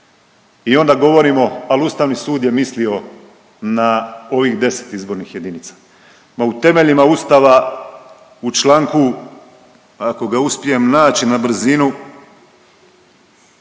I onda govorimo ali Ustavni sud je mislio na ovih 10 izbornih jedinica. Ma u temeljima Ustava u članku ako ga uspijem naći na brzinu